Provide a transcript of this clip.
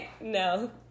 No